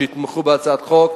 הכנסת שיתמכו בהצעת החוק,